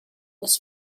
was